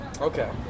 Okay